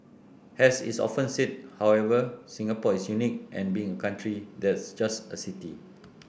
as is often said however Singapore is unique in being a country that's just a city